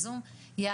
התביישתי.